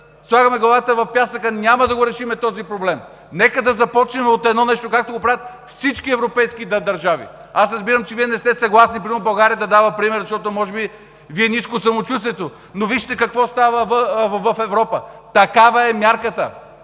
заравяме главата в пясъка, няма да го решим този проблем. Нека да започнем от едно нещо, както правят всички европейски държави. Разбирам, че Вие не сте съгласни примерно България да дава пример, защото може би Ви е ниско самочувствието, но вижте какво става в Европа. Такава е мярката